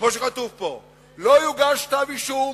כמו שכתוב פה, לא יוגש כתב-אישום